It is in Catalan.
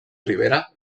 rivera